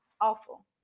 Awful